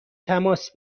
تماس